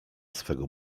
swego